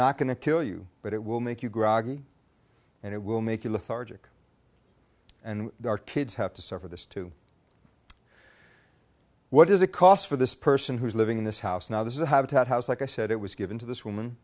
not going to kill you but it will make you groggy and it will make you look harder and our kids have to suffer this too what does it cost for this person who's living in this house now this is a habitat house like i said it was given to this woman